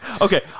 Okay